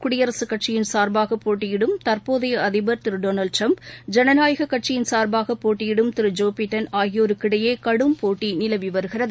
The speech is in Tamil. குடியரகக் கட்சியின் கார்பாக போட்டியிடும் தற்போதைய அதிபர் திரு டொனால்ட் ட்ரம்ப் ஜனநாயக கட்சியின் சார்பாக போட்டியிடும் திரு ஜோ பிடன் ஆகியோருக்கிடையே கடும் போட்டி நிலவி வருகிறது